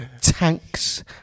Tanks